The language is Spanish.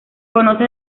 conoce